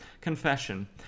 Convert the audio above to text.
confession